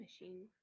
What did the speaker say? machine